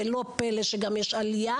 ולא פלא שיש עלייה.